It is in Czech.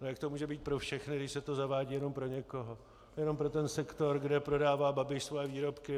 Jak to může být pro všechny, když se to zavádí jenom pro někoho, jenom pro ten sektor, kde prodává Babiš svoje výrobky?